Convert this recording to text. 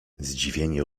zdziwienie